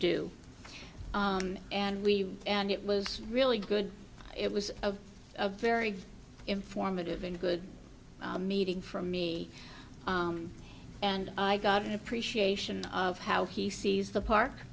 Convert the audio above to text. do and we and it was really good it was a very informative and good meeting from me and i got an appreciation of how he sees the park